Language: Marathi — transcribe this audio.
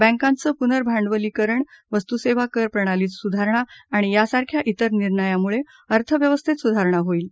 बँकाचं पुनर्भाडवलीकरण वस्तू सेवा कर प्रणालीत सुधारणा आणि यासारख्या विर निर्णयामुळे अर्थव्यवस्थेत सुधारणा होईल